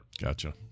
Gotcha